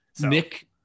nick